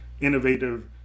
innovative